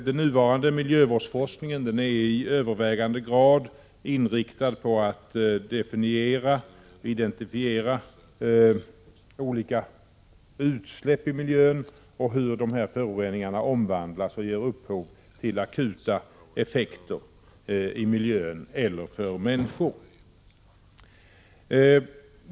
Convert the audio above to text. Den nuvarande miljövårdsforskningen är i övervägande grad inriktad på att definiera och identifiera olika utsläpp i miljön och på hur dessa omvandlas och ger upphov till akuta effekter på miljö eller människor.